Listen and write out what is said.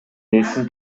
ээсин